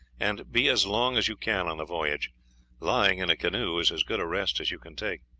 and be as long as you can on the voyage lying in a canoe is as good a rest as you can take.